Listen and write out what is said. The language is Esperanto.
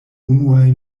unuaj